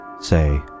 say